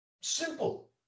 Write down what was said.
Simple